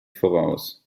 voraus